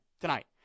tonight